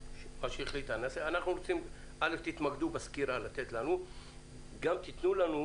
אנחנו רוצים שתתמקדו בסקירה וגם תנו לנו